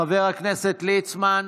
חבר הכנסת ליצמן,